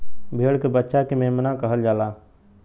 भेड़ के बच्चा के मेमना कहल जाला